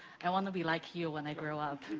i wanna be like you when i grow up.